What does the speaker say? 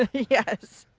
ah yes.